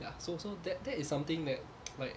ya so so that that is something that like